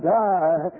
die